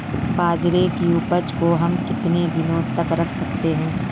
बाजरे की उपज को हम कितने दिनों तक रख सकते हैं?